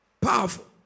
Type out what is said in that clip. Powerful